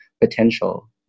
potential